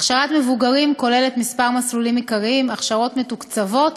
הכשרת מבוגרים כוללת כמה מסלולים עיקריים: הכשרות מתוקצבות,